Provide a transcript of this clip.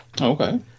okay